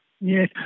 Yes